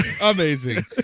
Amazing